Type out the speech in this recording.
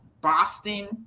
Boston